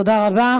תודה רבה.